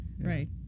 Right